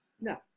No